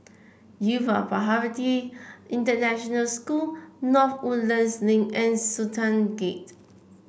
Yuva Bharati International School North Woodlands Link and Sultan Gate